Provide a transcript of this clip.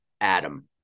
Adam